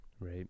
Right